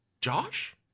Josh